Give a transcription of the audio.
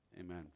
Amen